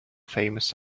famous